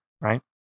right